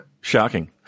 Shocking